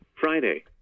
Friday